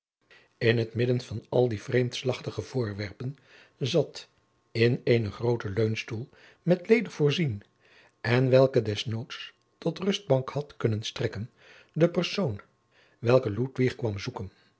in het midden van al die vreemdslachtige voorwerpen zat in een grooten leunstoel met leder voorzien en welke des noods tot rustbank had kunnen strekken de persoon welke ludwig kwam zoeken